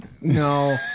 No